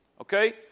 okay